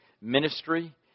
ministry